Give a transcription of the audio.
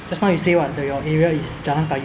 so it's like what what is it called jalan kayu G_R_C